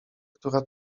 która